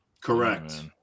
correct